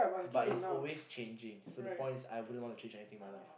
but it always changing so the point is I wouldn't want to change anything in my life